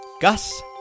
Gus